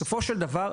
בסופו של דבר,